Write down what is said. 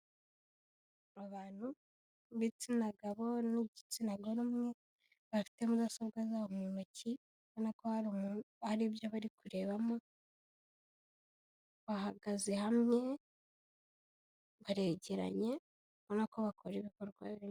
Abantu b'igitsina gabo n'igitsina gore umwe, bafite mudasobwa zabo mu ntoki, ubona ko hari ibyo bari kurebamo, bahagaze hamwe, baregeranye ubona ko bakora ibikorwa bi...